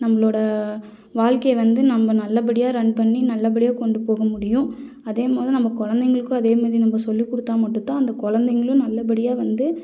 நம்மளோட வாழ்க்கைய வந்து நம்ம நல்ல படியாக ரன் பண்ணி நல்ல படியாக கொண்டு போக முடியும் அதே நம்ம குலந்தைங்களுக்கும் அதே மாதிரி நம்ம சொல்லிக்கொடுத்தா மட்டும் தான் அந்த குலந்தைங்களும் நல்ல படியாக வந்து